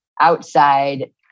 outside